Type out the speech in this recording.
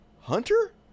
Hunter